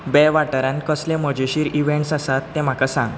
बे वाठारांत कसले मजेशीर इव्हँट्स आसात ते म्हाका सांग